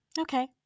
Okay